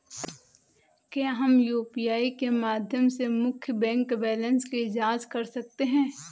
क्या हम यू.पी.आई के माध्यम से मुख्य बैंक बैलेंस की जाँच कर सकते हैं?